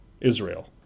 Israel